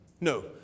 No